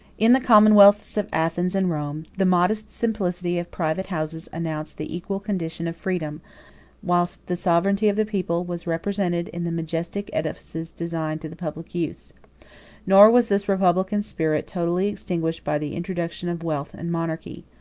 in the commonwealths of athens and rome, the modest simplicity of private houses announced the equal condition of freedom whilst the sovereignty of the people was represented in the majestic edifices designed to the public use nor was this republican spirit totally extinguished by the introduction of wealth and monarchy.